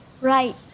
Right